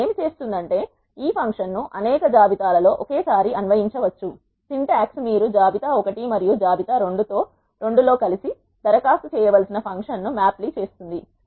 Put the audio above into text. అది ఏమి చేస్తుందంటే ఈ ఫంక్షన్ను అనేక జాబితా లలో ఒకేసారి అన్వయించవచ్చు సింటాక్స్ మీరు జాబితా 1 మరియు జాబితా 2 లో కలిసి దరఖాస్తు చేయవలసిన ఫంక్షన్ను మ్యాప్లీ చేస్తుంది